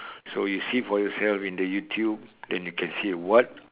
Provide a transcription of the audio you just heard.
so you see for yourself in the YouTube then you can see what